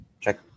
check